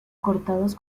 cortados